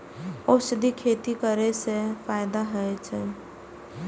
औषधि खेती करे स फायदा होय अछि?